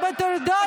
אז שבו במקומות.